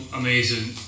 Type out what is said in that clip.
amazing